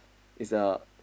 is a